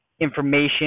information